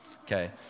Okay